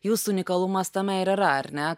jūsų unikalumas tame ir yra ar ne